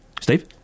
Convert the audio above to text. Steve